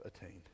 attained